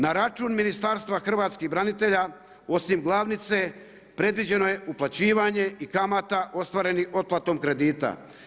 Na račun Ministarstva hrvatskih branitelja osim glavnice predviđeno je uplaćivanje i kamata ostvarenih otplatom kredita.